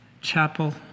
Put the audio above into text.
chapel